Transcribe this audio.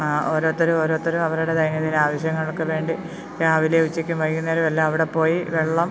ഓരോരുത്തരും ഓരോരുത്തരും അവരുടെ ദൈനംദിന ആവശ്യങ്ങൾക്ക് വേണ്ടി രാവിലെയും ഉച്ചയ്ക്കും വൈകുന്നേരവും എല്ലാം അവിടെ പോയി വെള്ളം